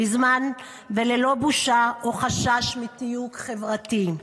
בזמן וללא בושה או חשש מתיוג חברתי.